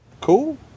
Cool